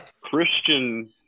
Christian